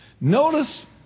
Notice